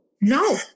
No